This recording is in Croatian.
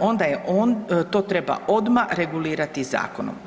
onda to treba odmah regulirati zakonom.